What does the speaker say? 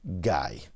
guy